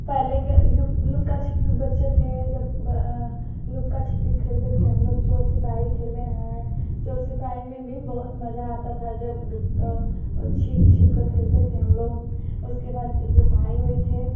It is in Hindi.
पहले के जो लुका छिप्पी बच्चे थे जब लुका छिप्पी खेलते थे हमलोग चोर सिपाही खेले हैं चोर सिपाही में भी बहुत मज़ा आता था जब छिप छिपकर खेलते थे हमलोग और उसके बाद जब भाई वाई थे